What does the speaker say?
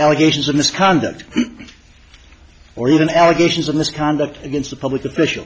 allegations of misconduct or even allegations of misconduct against a public offi